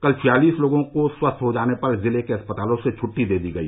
कल छियालीस लोगों को स्वस्थ हो जाने पर जिले के अस्पतालों से छुट्टी दे दी गई